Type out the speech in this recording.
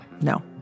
no